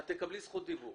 את תקבלי זכות דיבור.